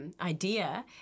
idea